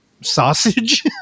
Sausage